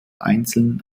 einzeln